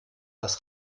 das